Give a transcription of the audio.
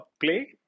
play